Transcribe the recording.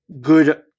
good